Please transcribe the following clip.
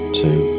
two